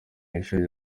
ishuri